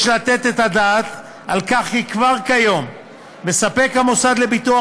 יש לתת את הדעת על כך שכבר כיום מספק המוסד לביטוח